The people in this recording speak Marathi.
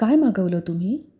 काय मागवलं तुम्ही